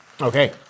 Okay